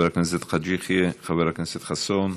חבר הכנסת חאג' יחיא, חבר הכנסת חסון,